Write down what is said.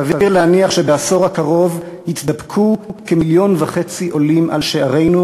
סביר להניח שבעשור הקרוב יתדפקו כמיליון וחצי עולים על שערינו.